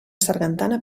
sargantana